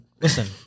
Listen